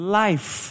life